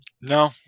No